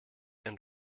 and